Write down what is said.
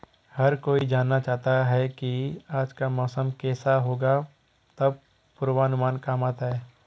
हर कोई जानना चाहता है की आज का मौसम केसा होगा तब पूर्वानुमान काम आता है